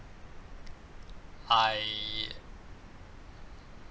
I